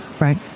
Right